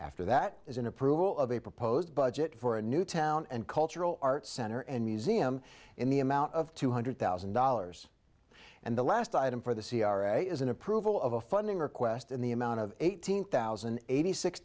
after that as an approval of a proposed budget for a new town and cultural arts center and museum in the amount of two hundred thousand dollars and the last item for the c r a is an approval of a funding request in the amount of eighteen thousand and eighty six